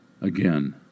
Again